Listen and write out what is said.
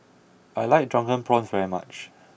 I like Drunken Prawns very much